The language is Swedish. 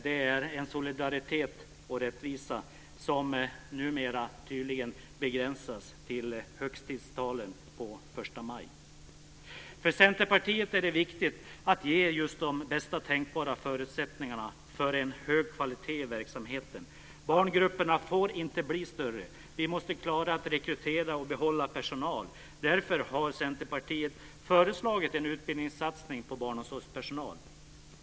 Det är en solidaritet och rättvisa som numera tydligen begränsas till högtidstalarnas anföranden på första maj. För Centerpartiet är det viktigt att ge de bästa tänkbara förutsättningarna för en hög kvalitet i verksamheten. Barngrupperna får inte bli större. Vi måste klara att rekrytera och behålla personal. Därför har Centerpartiet föreslagit en utbildningssatsning på barnomsorgspersonal.